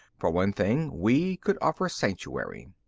for one thing, we could offer sanctuary.